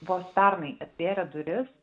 vos pernai atvėrė duris